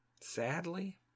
sadly